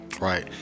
right